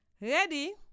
ready